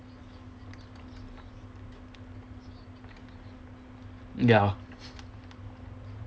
ya